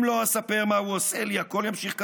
// אם לא אספר מה הוא עושה לי / הכול יימשך כרגיל,